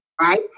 Right